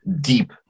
deep